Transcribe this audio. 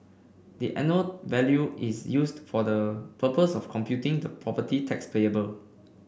the annual value is used for the purpose of computing the property tax payable